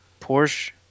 Porsche